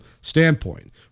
standpoint